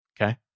Okay